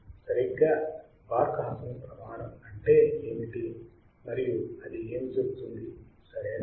సరిగ్గా Barkhausen ప్రమాణం అంటే ఏమిటి మరియు అది ఏమి చెపుతుంది సరేనా